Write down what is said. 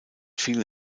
viele